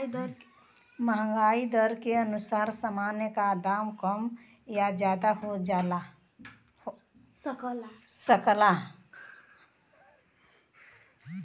महंगाई दर के अनुसार सामान का दाम कम या ज्यादा हो सकला